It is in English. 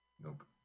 Nope